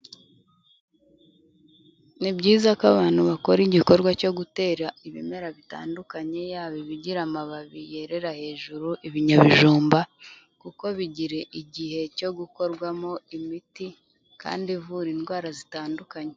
Ni byiza ko abantu bakora igikorwa cyo gutera ibimera bitandukanye, yaba ibigira amababi yerera hejuru, ibinyabijumba kuko bigira igihe cyo gukorwamo imiti kandi ivura indwara zitandukanye.